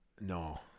No